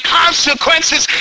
consequences